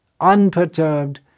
unperturbed